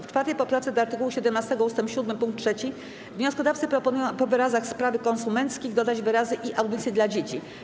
W 4. poprawce do art. 17 ust. 7 pkt 3 wnioskodawcy proponują po wyrazach „spraw konsumenckich” dodać wyrazy „i audycje dla dzieci”